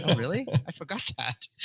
really, i forgot that?